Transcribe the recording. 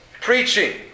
preaching